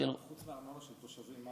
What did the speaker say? חוץ מהארנונה של התושבים,